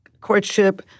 courtship